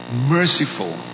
merciful